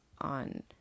on